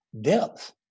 depth